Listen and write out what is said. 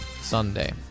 Sunday